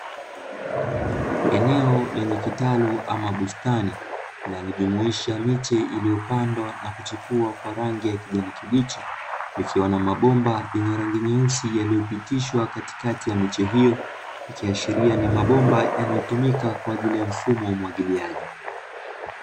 Eneo lenye kitalu ama bustani linalojumuisha miche iliyopandwa na kuchipua kwa rangi ya kijani kibichi, ikiwa na mabomba yenye rangi nyeusi yaliyopitishwa katikati ya miche hiyo, ikiashiria ni mabomba yanayotumika kwa ajili ya mfumo wa umwagiliaji.